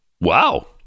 Wow